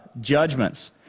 judgments